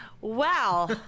Wow